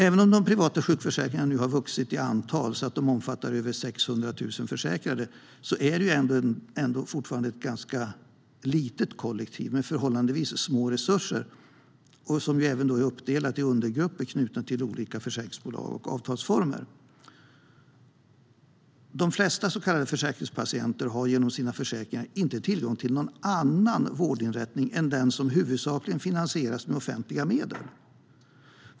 Även om de privata sjukförsäkringarna nu har vuxit i antal till att omfatta över 600 000 försäkrade är det ändå fortfarande ett ganska litet kollektiv med förhållandevis små resurser som även är uppdelat i undergrupper knutna till olika försäkringsbolag och avtalsformer. De flesta så kallade försäkringspatienter har genom sina försäkringar inte tillgång till någon annan vårdinrättning än den som huvudsakligen finansieras med offentliga medel.